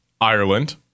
Ireland